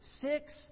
six